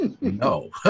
No